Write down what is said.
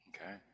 Okay